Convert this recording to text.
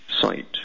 site